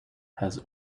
has